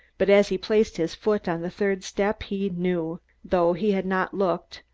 but as he placed his foot on the third step he knew though he had not looked,